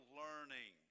learning